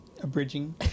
abridging